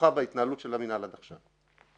שכרוכה בהתנהלות של המינהל עד עכשיו.